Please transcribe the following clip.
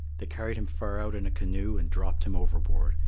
they carried him far out in a canoe and dropped him overboard,